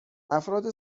افراد